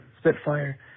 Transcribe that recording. spitfire